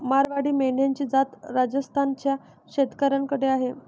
मारवाडी मेंढ्यांची जात राजस्थान च्या शेतकऱ्याकडे आहे